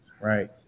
right